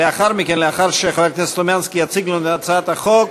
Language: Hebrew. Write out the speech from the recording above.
לאחר שחבר הכנסת סלומינסקי יציג לנו את הצעת החוק,